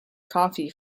coffee